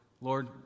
Lord